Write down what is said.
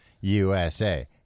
USA